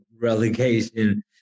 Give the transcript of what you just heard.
relegation